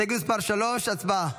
הסתייגות מס' 3, הצבעה.